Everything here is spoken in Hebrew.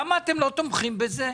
למה אתם לא תומכים בזה?